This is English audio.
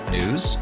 News